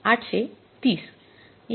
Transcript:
८३०